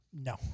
no